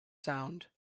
sound